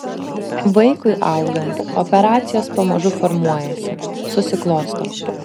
vaikui augant operacijos pamažu formuojasi susiklosto